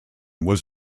was